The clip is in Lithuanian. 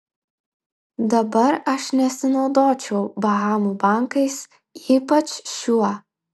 dabar aš nesinaudočiau bahamų bankais ypač šiuo